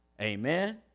Amen